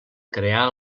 crear